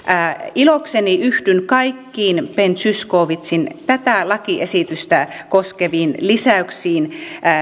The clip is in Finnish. ilokseni yhdyn kaikkiin ben zyskowiczin tätä lakiesitystä koskeviin